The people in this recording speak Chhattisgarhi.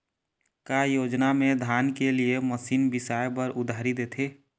का योजना मे धान के लिए मशीन बिसाए बर उधारी देथे?